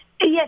Yes